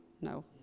No